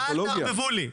אל תערבבו לי.